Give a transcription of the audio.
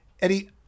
Eddie